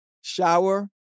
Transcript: shower